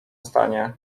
stanie